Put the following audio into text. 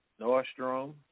Nordstrom